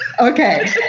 Okay